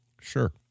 Sure